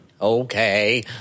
Okay